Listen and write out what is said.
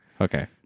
Okay